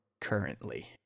currently